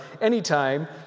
anytime